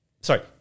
sorry